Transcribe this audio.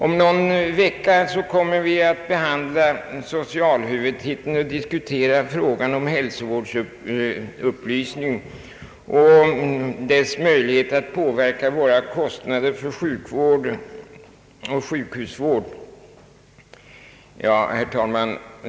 Om någon vecka kommer vi att behandla socialhuvudtiteln och diskutera frågan om hälsovårdsupplysning och möjligheterna att därigenom påverka kostnaderna för sjukvården.